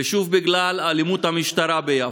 ושוב בגלל אלימות המשטרה ביפו.